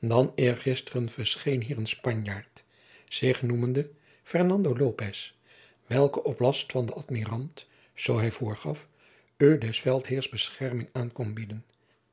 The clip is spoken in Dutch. dan eergisteren verscheen hier een spanjaard zich noemende fernando lopez welke op last van den admirant zoo hij voorgaf u des veldheers bescherming aan kwam bieden